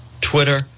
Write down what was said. Twitter